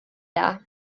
dda